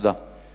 תודה.